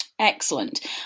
Excellent